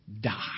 die